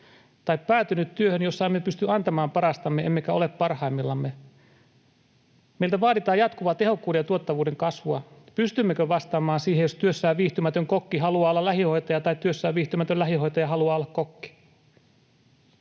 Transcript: tai päätyneet työhön, jossa emme pysty antamaan parastamme emmekä ole parhaimmillamme. Meiltä vaaditaan jatkuvaa tehokkuuden ja tuottavuuden kasvua. Pystymmekö vastaamaan siihen, jos työssään viihtymätön kokki haluaa olla lähihoitaja tai työssään viihtymätön lähihoitaja haluaa olla kokki?